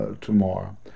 tomorrow